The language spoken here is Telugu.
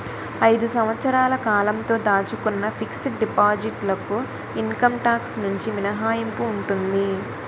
ఐదు సంవత్సరాల కాలంతో దాచుకున్న ఫిక్స్ డిపాజిట్ లకు ఇన్కమ్ టాక్స్ నుంచి మినహాయింపు ఉంటుంది